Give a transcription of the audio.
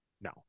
No